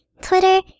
Twitter